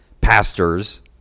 pastors